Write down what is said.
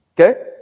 Okay